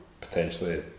potentially